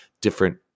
different